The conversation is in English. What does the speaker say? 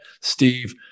Steve